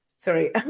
sorry